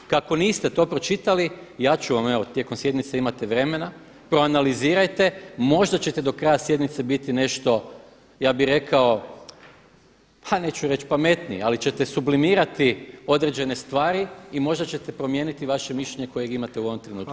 Kako niste to pročitali ja ću vam evo tijekom sjednice imate vremena, proanalizirajte, možda ćete do kraja sjednice biti nešto ja bi rekao pa neću reći pametniji, ali ćete sublimirati određene stvari i možda ćete promijeniti vaše mišljenje kojeg imate u ovom trenutku.